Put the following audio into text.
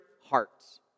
hearts